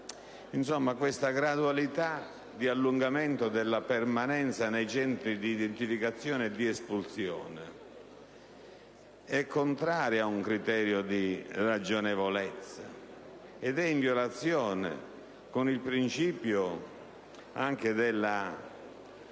questa gradualità di allungamento della permanenza nei Centri di identificazione ed espulsione è contraria a un criterio di ragionevolezza ed è in violazione anche con il principio della